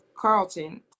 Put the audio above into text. Carlton